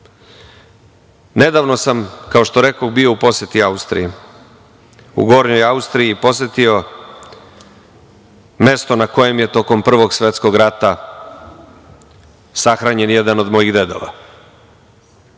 biće. Nedavno sam, kao što rekoh, bio u poseti Austriji, u gornjoj Austriji posetio mesto na kojem je tokom Prvog svetskog rata sahranjen jedan od mojih dedova.